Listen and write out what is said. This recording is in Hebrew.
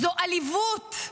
זו עליבות.